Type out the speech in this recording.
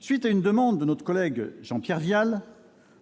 suite d'une intervention de notre collègue Jean-Pierre Vial,